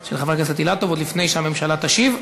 של חבר הכנסת אילטוב, עוד לפני שהממשלה תשיב,